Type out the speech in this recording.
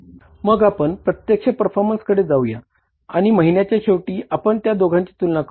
मग आपण प्रत्यक्ष परफॉरमन्सकडे जाऊया आणि महिन्याच्या शेवटी आपण त्या दोघांची तुलना करूया